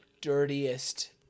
dirtiest